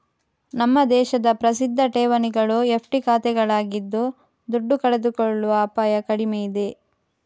ನಮ್ಮ ದೇಶದ ಪ್ರಸಿದ್ಧ ಠೇವಣಿಗಳು ಎಫ್.ಡಿ ಖಾತೆಗಳಾಗಿದ್ದು ದುಡ್ಡು ಕಳೆದುಕೊಳ್ಳುವ ಅಪಾಯ ಕಡಿಮೆ ಇದೆ